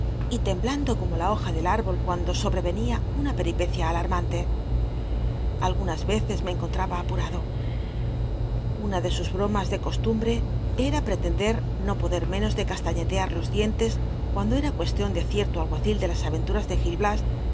y temblando romo la hoja e le irhol cuando sobreven ia una pcl'i pccia ahhmanle algunas veces me encontraba a juj ado una ti c sus bromas tic costumbre era pretender no poder menos de castaiictcar con los dientes cuando era euestion de cierto alguacil de las al'enturas de